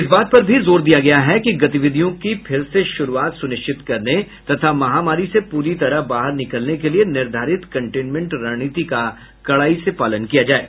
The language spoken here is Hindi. इस बात पर भी बल दिया गया है कि गतिविधियों की फिर से शुरूआत सुनिश्चित करने तथा महामारी से पूरी तरह बाहर निकलने के लिए निर्धारित कंटेनमेंट रणनीति का कड़ाई से पालन किया जाये